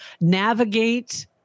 navigate